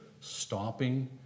stopping